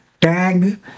tag